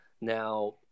Now